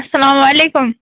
اَسَلامُ علیکُم